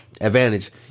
advantage